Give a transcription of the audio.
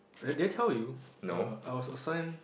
I did I tell you err I was assigned